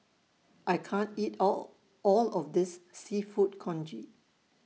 I can't eat All All of This Seafood Congee